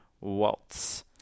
Waltz